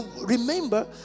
remember